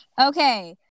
okay